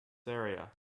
area